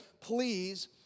please